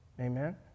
Amen